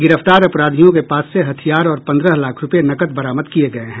गिरफ्तार अपराधियों के पास से हथियार और पंद्रह लाख रुपये नकद बरामद किये गये हैं